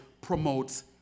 promotes